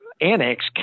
annex